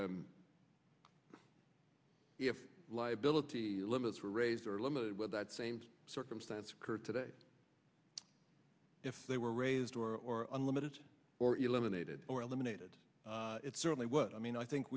if liability limits were raised or limited what that same circumstance occurred today if they were raised or unlimited or eliminated or eliminated it's certainly what i mean i think